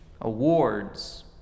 awards